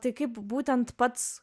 tai kaip būtent pats